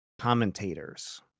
commentators